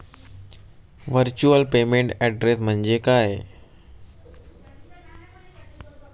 Virtual payment address म्हणजे काय?